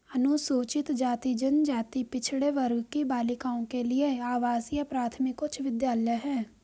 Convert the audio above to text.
अनुसूचित जाति जनजाति पिछड़े वर्ग की बालिकाओं के लिए आवासीय प्राथमिक उच्च विद्यालय है